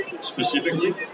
specifically